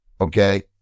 okay